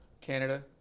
Canada